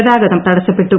ഗതാഗതം തടസ്സപ്പെട്ടു